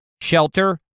shelter